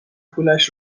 پولش